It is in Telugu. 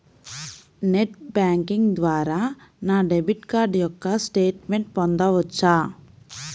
నెట్ బ్యాంకింగ్ ద్వారా నా డెబిట్ కార్డ్ యొక్క స్టేట్మెంట్ పొందవచ్చా?